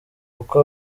uko